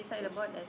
okay